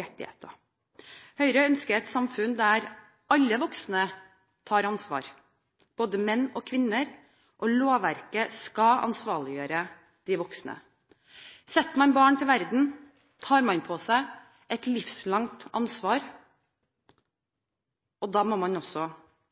rettigheter. Høyre ønsker et samfunn der alle voksne tar ansvar – både menn og kvinner – og lovverket skal ansvarliggjøre de voksne. Setter man barn til verden, tar man på seg et livslangt ansvar. Da må man også